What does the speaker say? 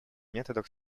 методах